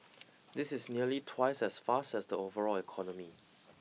this is nearly twice as fast as the overall economy